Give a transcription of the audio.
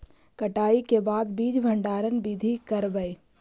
कटाई के बाद बीज भंडारन बीधी करबय?